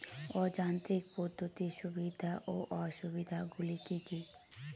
অযান্ত্রিক পদ্ধতির সুবিধা ও অসুবিধা গুলি কি কি?